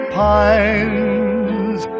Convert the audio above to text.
pines